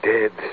Dead